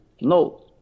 No